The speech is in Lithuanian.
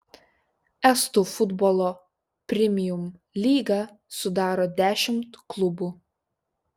estų futbolo premium lygą sudaro dešimt klubų